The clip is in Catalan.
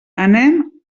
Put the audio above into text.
anem